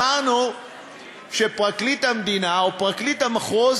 אמרנו שפרקליט המדינה או פרקליט המחוז,